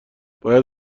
باید